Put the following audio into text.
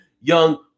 young